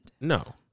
No